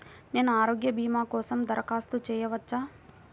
నేను ఆరోగ్య భీమా కోసం దరఖాస్తు చేయవచ్చా?